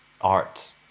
art